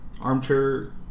Armchair